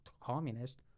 communist